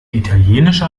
italienische